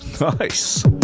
nice